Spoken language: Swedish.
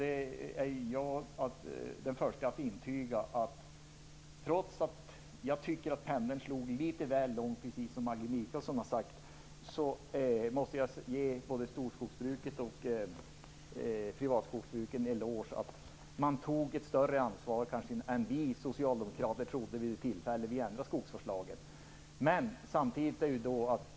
Även om jag tycker att pendeln, som Maggi Mikaelsson sagt, slagit över litet väl långt, är jag den förste att ge både storskogsbruket och privatskogsbruket en eloge för att man där har tagit ett större ansvar än vad vi socialdemokrater trodde när skogsvårdslagen ändrades.